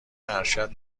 ارشد